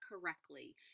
correctly